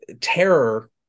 terror